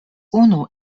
unu